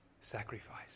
sacrifice